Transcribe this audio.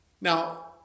Now